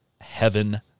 heaven